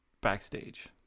backstage